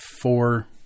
four